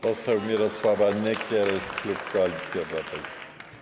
Poseł Mirosława Nykiel, klub Koalicja Obywatelska.